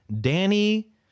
Danny